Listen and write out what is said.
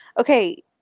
Okay